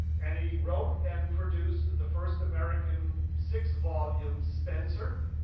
and he wrote and produced the first american six volume spencer.